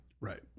Right